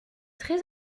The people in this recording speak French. très